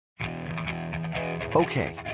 Okay